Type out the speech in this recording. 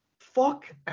fuck